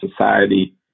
society